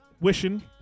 Wishing